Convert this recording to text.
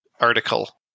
article